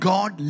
God